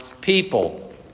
people